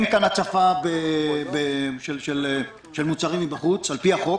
אין כאן הצפה של מוצרים מבחוץ על פי החוק